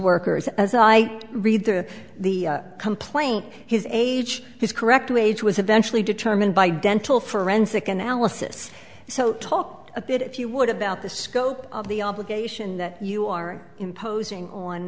workers as i read the the complaint his age is correct wage was eventually determined by dental forensic analysis so talked a bit if you would about the scope of the obligation that you are imposing on